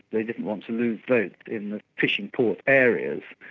they didn't want to lose votes in the fishing port areas.